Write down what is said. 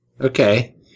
Okay